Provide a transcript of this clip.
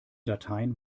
dateien